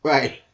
Right